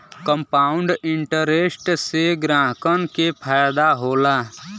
compound interest से ग्राहकन के फायदा होला